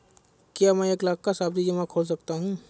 क्या मैं एक लाख का सावधि जमा खोल सकता हूँ?